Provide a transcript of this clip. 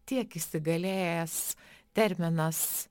tiek įsigalėjęs terminas